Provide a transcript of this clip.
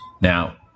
Now